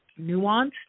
nuanced